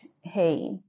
hey